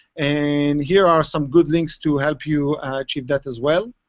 and here are some good links to help you achieve that as well.